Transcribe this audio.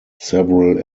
several